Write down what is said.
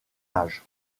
âge